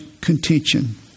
contention